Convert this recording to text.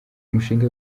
umushinga